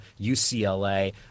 UCLA